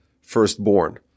firstborn